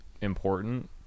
important